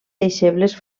deixebles